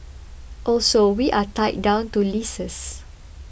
also we are tied down to leases